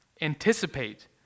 Anticipate